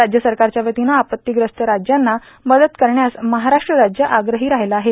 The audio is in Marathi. राज्य सरकारच्यावतीनं आपत्तीग्रस्त राज्यांना मदत करण्यास महाराष्ट्र राज्य आग्रही राहीलं आहे